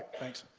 thanks.